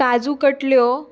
काजू कटल्यो